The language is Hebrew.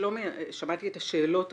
שלומי, שמעתי את השאלות עכשיו.